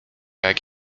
jak